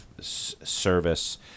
service